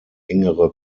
engere